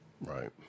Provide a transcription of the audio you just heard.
Right